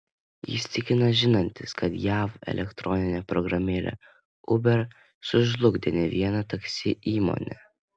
jis tikina žinantis kad jav elektroninė programėlė uber sužlugdė ne vieną taksi įmonę